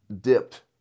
dipped